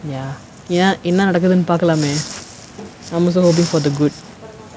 ya ya என்ன நடக்குதுன்னு பாக்கலாமே:enna nadakuthunu paakalamae I'm also hoping for the good